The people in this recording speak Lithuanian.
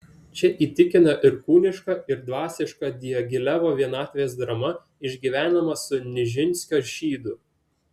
čia įtikina ir kūniška ir dvasiška diagilevo vienatvės drama išgyvenama su nižinskio šydu